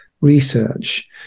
research